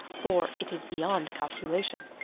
for it is beyond calculation.